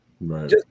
Right